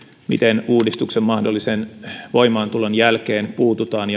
miten uudistuksen mahdollisen voimaantulon jälkeen puututaan